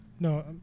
No